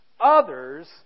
others